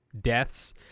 deaths